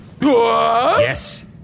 Yes